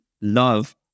love